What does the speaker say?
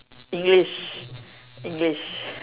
English English